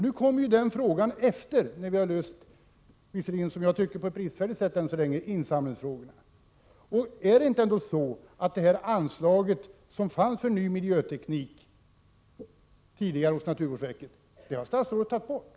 Nu kommer ju den frågan efteråt, när vi har löst — än så länge på ett bristfälligt sätt, enligt min mening — insamlingsproblemet. Det anslag som fanns hos naturvårdsverket för ny miljöteknik har statsrådet tagit bort.